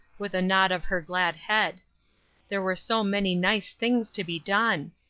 with a nod of her glad head there were so many nice things to be done!